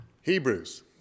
Hebrews